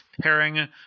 Pairing